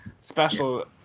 special